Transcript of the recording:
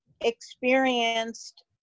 experienced